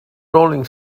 rolling